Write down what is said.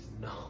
no